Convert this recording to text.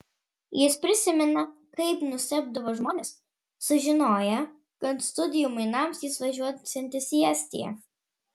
jis prisimena kaip nustebdavo žmonės sužinoję kad studijų mainams jis važiuosiantis į estiją